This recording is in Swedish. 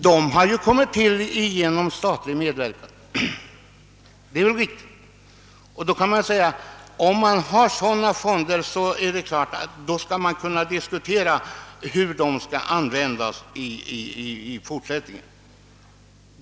Dessa fonder har kommit till genom statlig medverkan, och det är klart att man kan diskutera hur de skall användas i fortsättningen.